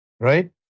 Right